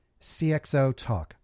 CXOTalk